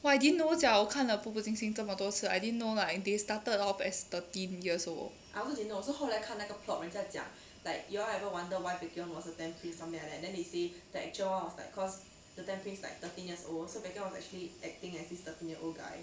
!wah! I didn't know sia 我看了步步惊心这么多次 I didn't know like they started off as thirteen years old